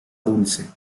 dulce